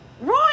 roy